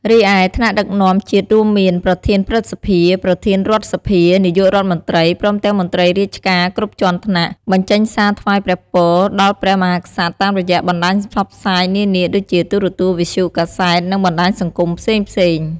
រីឯ ថ្នាក់ដឹកនាំជាតិរួមមាន ប្រធានព្រឹទ្ធសភា ប្រធានរដ្ឋសភា នាយករដ្ឋមន្ត្រី ព្រមទាំងមន្ត្រីរាជការគ្រប់ជាន់ថ្នាក់ បញ្ចេញសារថ្វាយព្រះពរដល់ព្រះមហាក្សត្រតាមរយៈបណ្តាញផ្សព្វផ្សាយនានាដូចជា ទូរទស្សន៍ វិទ្យុ កាសែត និងបណ្តាញសង្គមផ្សេងៗ។